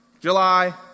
July